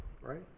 right